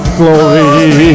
glory